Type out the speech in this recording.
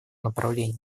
направлении